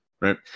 right